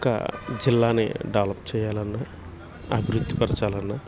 ఇంకా జిల్లాని డెవలప్ చేయాలన్నా అభివృద్ధిపరచాలన్నా